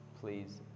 please